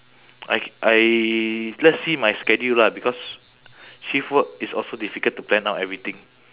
I I let's see my schedule lah because shift work it's also difficult to plan out everything